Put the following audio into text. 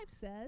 says